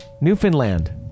Newfoundland